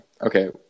Okay